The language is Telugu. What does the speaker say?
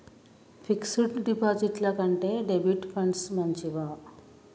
ఫిక్స్ డ్ డిపాజిట్ల కంటే డెబిట్ ఫండ్స్ మంచివా?